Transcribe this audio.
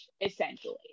essentially